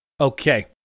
Okay